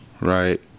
right